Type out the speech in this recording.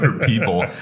people